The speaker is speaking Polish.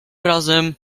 razem